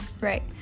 right